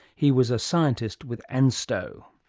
he was a scientist with ansto.